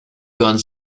gehören